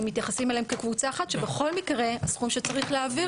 אם מתייחסים אליהם כקבוצה אחת שבכל מקרה הסכום שצריך להעביר